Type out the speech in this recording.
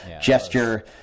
gesture